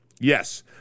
Yes